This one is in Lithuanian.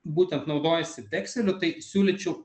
būtent naudojasi vekseliu tai siūlyčiau